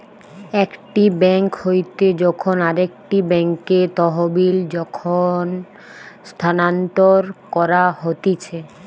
একটি বেঙ্ক হইতে যখন আরেকটি বেঙ্কে তহবিল যখন স্থানান্তর করা হতিছে